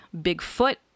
Bigfoot